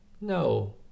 No